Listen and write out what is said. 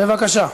בבקשה.